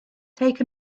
take